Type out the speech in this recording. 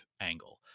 angle